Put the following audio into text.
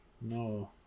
No